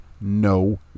no